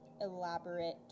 elaborate